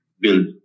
build